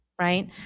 right